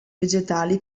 vegetali